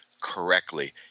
correctly